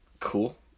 cool